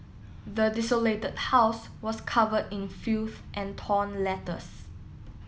the desolated house was covered in filth and torn letters